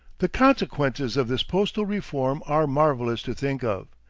the consequences of this postal reform are marvelous to think of.